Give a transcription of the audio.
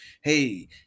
Hey